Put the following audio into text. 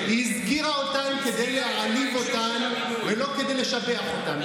היא הזכירה אותן כדי להעליב אותן ולא כדי לשבח אותן,